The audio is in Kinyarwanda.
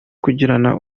kugirana